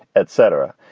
etc.